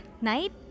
night